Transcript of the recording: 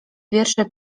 wiersze